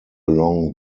along